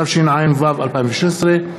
התשע"ו 2016,